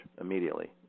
immediately